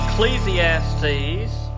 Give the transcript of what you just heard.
Ecclesiastes